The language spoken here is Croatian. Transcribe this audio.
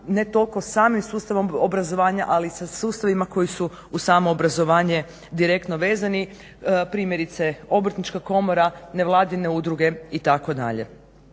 ne toliko samim sustavom obrazovanja, ali i sa sustavima koji su uz samo obrazovanje direktno vezani. Primjerice, Obrtnička komora, nevladine udruge itd.